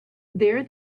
there